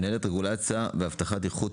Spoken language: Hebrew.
מנהלת רגולציה ואבטחת איכות,